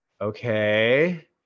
okay